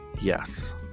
Yes